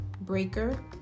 Breaker